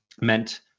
meant